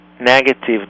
negative